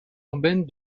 urbaine